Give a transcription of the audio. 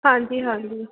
ਹਾਂਜੀ ਹਾਂਜੀ